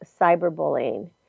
cyberbullying